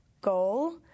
goal